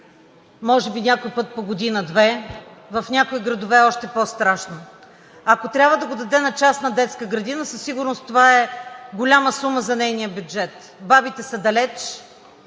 Може би някой път по година-две. В някои градове е още по страшно. Ако трябва да го даде на частна детска градина, със сигурност това е голяма сума за нейния бюджет. Бабите са далеч.